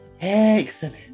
excellent